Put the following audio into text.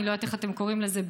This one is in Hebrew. אני לא יודעת איך אתם קוראים לזה,